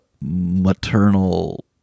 maternal